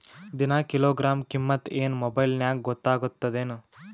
ದಿನಾ ಕಿಲೋಗ್ರಾಂ ಕಿಮ್ಮತ್ ಏನ್ ಮೊಬೈಲ್ ನ್ಯಾಗ ಗೊತ್ತಾಗತ್ತದೇನು?